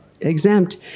exempt